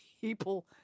people